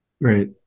Right